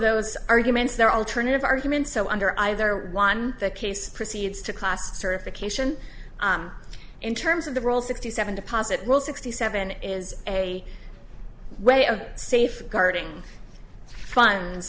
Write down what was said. those arguments there are alternative arguments so under either one the case proceeds to class certification in terms of the role sixty seven deposit will sixty seven is a way of safeguarding funds